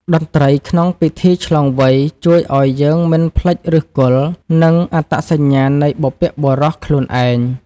តន្ត្រីក្នុងពិធីឆ្លងវ័យ ជួយឱ្យយើងមិនភ្លេចឫសគល់ និងអត្តសញ្ញាណនៃបុព្វបុរសខ្លួនឯង។